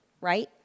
right